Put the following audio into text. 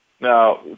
Now